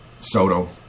Soto